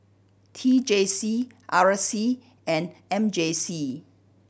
T J C R C and M J C